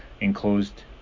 enclosed